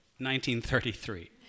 1933